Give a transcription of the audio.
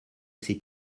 ses